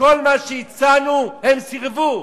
נכון.